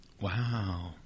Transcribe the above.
Wow